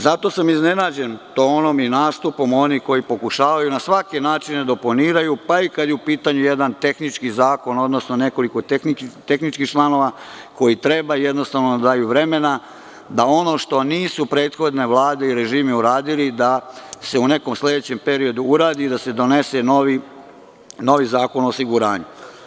Zato sam iznenađen tonom i nastupom onih koji pokušavaju na svaki način da oponiraju, pa i kada je u pitanju jedan tehnički zakon, odnosno nekoliko tehničkih članova, koji treba da daju vremena da ono što nisu prethodne vlade i režimi uradili, da se u nekom sledećem periodu uradi i da se donese novi Zakon o osiguranju.